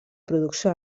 producció